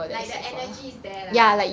like the energy is there lah